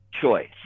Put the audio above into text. choice